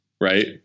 Right